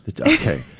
Okay